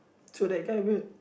so that guy w~